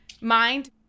mind